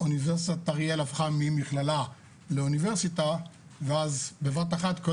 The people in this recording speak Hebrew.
אוניברסיטת אריאל הפכה ממכללה לאוניברסיטה ואז בבת אחת כל